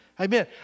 Amen